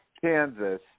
Kansas